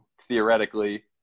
theoretically